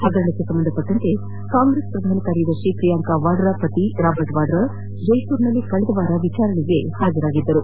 ಹಗರಣಕ್ಕೆ ಸಂಬಂಧಿಸಿದಂತೆ ಕಾಂಗ್ರೆಸ್ ಪ್ರಧಾನ ಕಾರ್ಯದರ್ಶಿ ಪ್ರಿಯಾಂಕಾ ವಾದ್ರಾ ಅವರ ಪತಿ ರಾಬರ್ಟ್ ವಾದ್ರಾ ಜೈಪುರ್ನಲ್ಲಿ ಕಳೆದವಾರ ವಿಚಾರಣೆಗೆ ಪಾಜರಾಗಿದ್ದರು